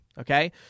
Okay